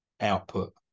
output